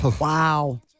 Wow